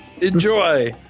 Enjoy